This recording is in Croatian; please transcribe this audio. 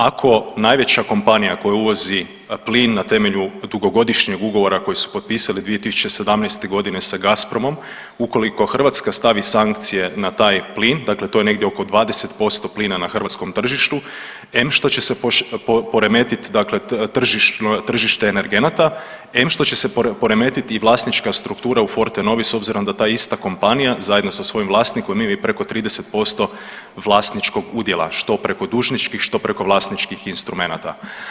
Ako najveća kompanija koja uvozi plin na temelju dugogodišnjeg ugovora koji su potpisali 2017. godine sa GASPROM-om, ukoliko Hrvatska stavi sankcije na taj plin, dakle to je negdje oko 20% plina na hrvatskom tržištu em što će se poremetiti tržište energenata, em što će se poremetiti i vlasnička struktura u Fortenovi s obzirom da ta ista kompanija zajedno sa svojim vlasnikom imaju preko 30% vlasničkog udjela što preko dužničkih, što preko vlasničkih instrumenata.